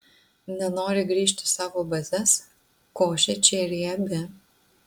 nenori grįžt į savo bazes košė čia riebi